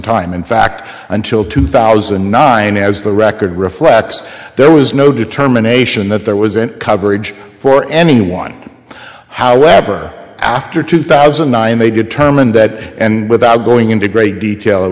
time in fact until two thousand and nine as the record reflects there was no determination that there was an coverage for anyone however after two thousand and nine they determined that and without going into great detail it